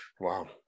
Wow